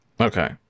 okay